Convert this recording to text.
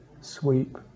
sweep